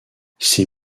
ces